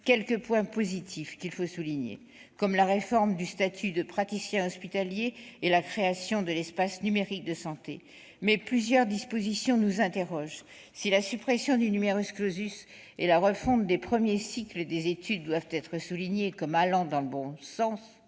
quelques points positifs qu'il faut souligner, comme la réforme du statut de praticien hospitalier et la création de l'espace numérique de santé. Mais plusieurs dispositions nous interrogent. Si la suppression du et la refonte des premiers cycles des études vont dans le bon sens,